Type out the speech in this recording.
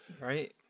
right